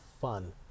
fun